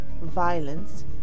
violence